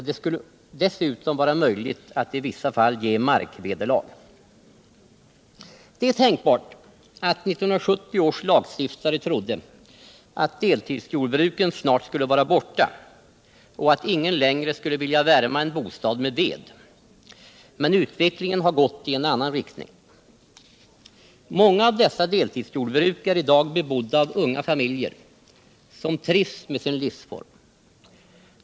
Det skulle också vara möjligt att ge markvederlag. Det är tänkbart att 1970 års lagstiftare trodde att deltidsjordbruken snart skulle vara borta och att ingen längre skulle vilja värma en bostad med ved. Men utvecklingen har gått i en annan riktning. Många av dessa deltidsjordbruk är i dag bebodda av unga familjer som trivs med sin livsform.